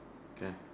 can